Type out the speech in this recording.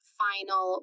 final